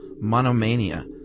monomania